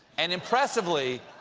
and impressively,